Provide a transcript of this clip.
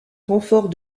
renfort